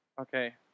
Okay